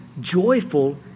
joyful